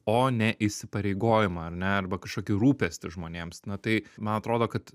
o ne įsipareigojimą ar ne arba kažkokį rūpestį žmonėms na tai man atrodo kad